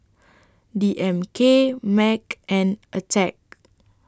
D M K Mac and Attack